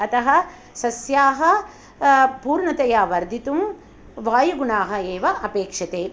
अतः सस्याः पूर्णतया वर्धितुं वायुगुणाः एव अपेक्ष्यते